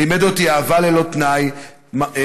לימד אותי אהבה ללא תנאי מהי.